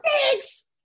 thanks